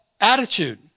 attitude